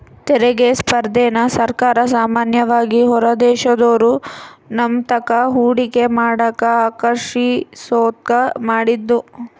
ತೆರಿಗೆ ಸ್ಪರ್ಧೆನ ಸರ್ಕಾರ ಸಾಮಾನ್ಯವಾಗಿ ಹೊರದೇಶದೋರು ನಮ್ತಾಕ ಹೂಡಿಕೆ ಮಾಡಕ ಆಕರ್ಷಿಸೋದ್ಕ ಮಾಡಿದ್ದು